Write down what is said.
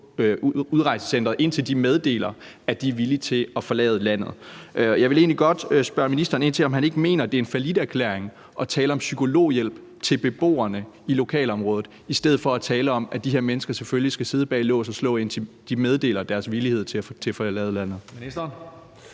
indtil de meddeler, at de er villige til at forlade landet. Jeg vil egentlig godt spørge ministeren ind til, om han ikke mener, det er en falliterklæring at tale om psykologhjælp til beboerne i lokalområdet i stedet for at tale om, at de her mennesker selvfølgelig skal sidde bag lås og slå, indtil de meddeler deres villighed til at forlade landet.